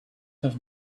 have